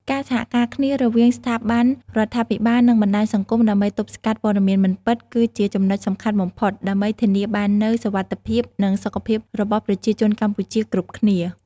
ការសហការគ្នារវាងស្ថាប័នរដ្ឋាភិបាលនិងបណ្តាញសង្គមដើម្បីទប់ស្កាត់ព័ត៌មានមិនពិតគឺជាចំណុចសំខាន់បំផុត ដើម្បីធានាបាននូវសុវត្ថិភាពនិងសុខភាពរបស់ប្រជាជនកម្ពុជាគ្រប់គ្នា។